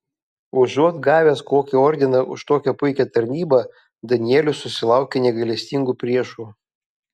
užuot gavęs kokį ordiną už tokią puikią tarnybą danielius susilaukia negailestingų priešų